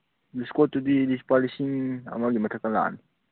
ꯋꯤꯁꯀꯣꯠꯇꯨꯗꯤ ꯂꯨꯄꯥ ꯂꯤꯁꯤꯡ ꯑꯃꯒꯤ ꯃꯊꯛꯇ ꯂꯥꯛꯑꯅꯤ